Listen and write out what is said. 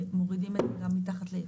ומורידים מעלה מתחת לאפס.